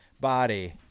body